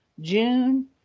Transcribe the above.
June